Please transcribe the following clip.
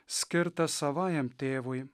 skirtą savajam tėvui